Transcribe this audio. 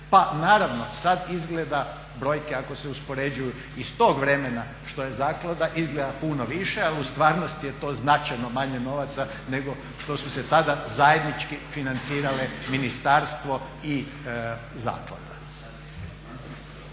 pa naravno sad izgleda brojke ako se uspoređuju iz tog vremena što je zaklada izgleda puno više, ali u stvarnosti je to značajno manje novaca nego što su se tada zajednički financirale ministarstvo i zaklada.